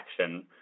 action